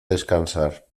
descansar